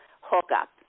hookup